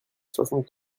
soixante